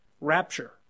rapture